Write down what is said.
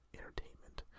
entertainment